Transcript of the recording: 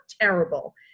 terrible